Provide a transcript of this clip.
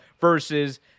versus